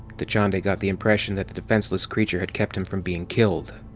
dachande got the impression that the defenseless creature had kept him from being killed.